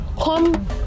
come